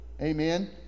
Amen